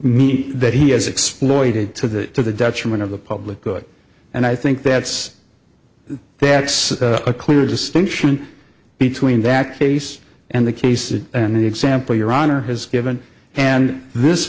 me that he has exploited to the detriment of the public good and i think that's that's a clear distinction between that case and the case is an example your honor has given and this